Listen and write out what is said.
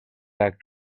back